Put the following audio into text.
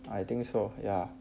I think so ya